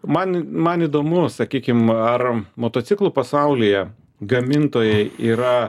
man man įdomu sakykim ar motociklų pasaulyje gamintojai yra